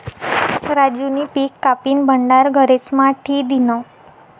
राजूनी पिक कापीन भंडार घरेस्मा ठी दिन्हं